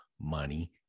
money